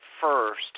first